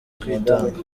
kwitanga